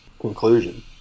conclusion